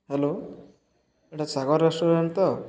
hello ଇଟା Sagar restaurant ତ